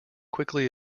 quickly